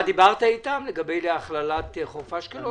דיברת אתם לגבי הכללה של חוף אשקלון?